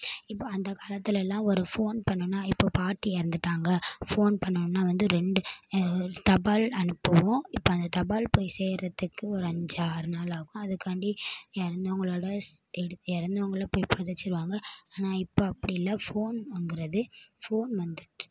இப்போ அந்த காலத்துலலாம் ஒரு ஃபோன் பண்ணும்ன்னா இப்போ பாட்டி இறந்துட்டாங்க ஃபோன் பண்ணும்ன்னா வந்து ரெண்டு தபால் அனுப்புவோம் இப்போ அந்த தபால் போய் சேர்றதுக்கு ஒரு அஞ்சு ஆர் நாள் ஆகும் அதுக்காண்டி இறந்தவங்களோட ஸ் எடுத் இறந்தவங்கள போய் புதச்சிருவாங்க ஆனா இப்போ அப்படி இல்லை ஃபோன் வாங்கிறது ஃபோன் வந்துட்டு